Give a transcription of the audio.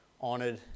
honored